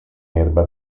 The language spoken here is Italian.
erba